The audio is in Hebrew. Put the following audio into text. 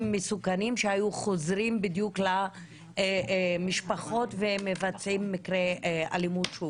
מסוכנים שהיו חוזרים בדיוק למשפחות ומבצעים אלימות שוב.